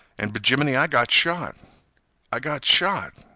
an', b'jiminey, i got shot i got shot.